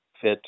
fit